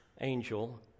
angel